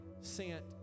sent